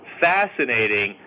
fascinating